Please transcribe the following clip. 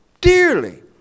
dearly